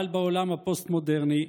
אבל בעולם הפוסט-מודרני,